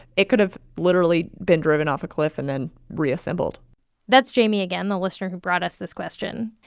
it could have literally been driven off a cliff and then reassembled that's jamie again, the listener who brought us this question.